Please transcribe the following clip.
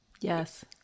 Yes